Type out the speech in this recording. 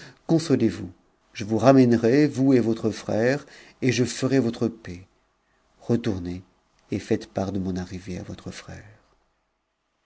consolez-vous je vous remènerai vous et votre frère et je ferai votre paix retournez et faites part de mon arrivée à votre frère